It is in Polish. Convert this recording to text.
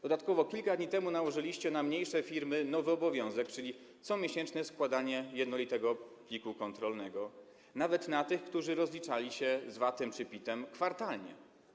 Dodatkowo kilka dni temu nałożyliście na mniejsze firmy nowy obowiązek, czyli comiesięczne składanie jednolitego pliku kontrolnego, nawet na tych, którzy rozliczali się z VAT-em czy PIT-em kwartalnie.